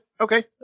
okay